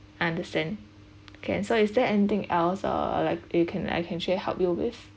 understand can so is there anything else or like uh can I can actually help you with